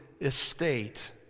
estate